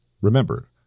Remember